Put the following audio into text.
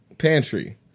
pantry